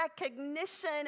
recognition